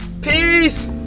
Peace